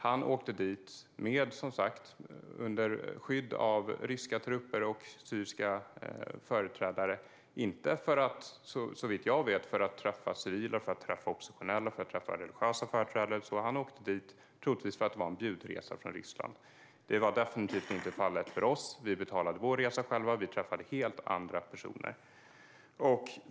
Han åkte som sagt dit under skydd av ryska trupper och syriska företrädare, inte för att träffa syrier, oppositionella eller religiösa företrädare, såvitt jag vet, utan troligtvis därför att det var en bjudresa från Ryssland. Detta var definitivt inte fallet för oss. Vi betalade vår resa själva, och vi träffade helt andra personer.